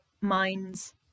minds